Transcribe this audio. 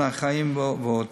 תנאי חיים ועוד.